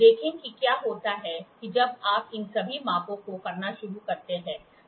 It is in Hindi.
देखें कि क्या होता है जब आप इन सभी मापों को करना शुरू करते हैं